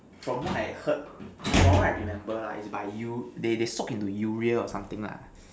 from what I heard from what I remembered lah it's by you they they soak into urea or something lah